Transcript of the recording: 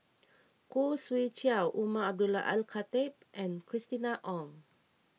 Khoo Swee Chiow Umar Abdullah Al Khatib and Christina Ong